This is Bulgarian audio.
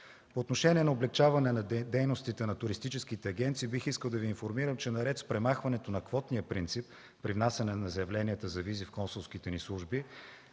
По отношение на облекчаване на дейностите на туристическите агенции бих искала да Ви информирам, че наред с премахването на квотния принцип при внасяне на заявленията за визи в консулските ни служби,